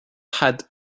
had